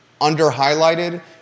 under-highlighted